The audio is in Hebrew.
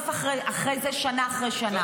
לכן אני לא מוכנה לרדוף אחרי זה שנה אחרי שנה.